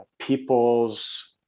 people's